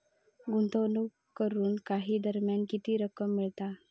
गुंतवणूक करून काही दरम्यान किती रक्कम मिळता?